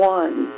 one